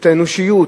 את האנושיות,